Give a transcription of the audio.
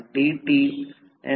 तर आता Im हा समांतर सर्किट आहे